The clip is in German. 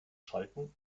schalten